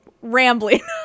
rambling